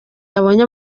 yabonye